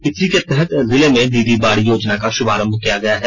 इसी के तहत जिले में दीदी बाड़ी योजना का शुभारम्भ किया गया है